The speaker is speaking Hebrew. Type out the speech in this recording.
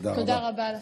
תודה רבה לך.